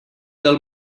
del